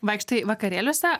vaikštai vakarėliuose